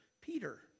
Peter